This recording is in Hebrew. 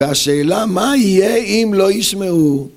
והשאלה מה יהיה אם לא ישמעו?